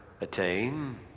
attain